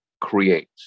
creates